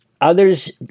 others